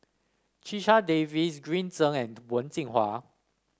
Checha Davies Green Zeng and Wen Jinhua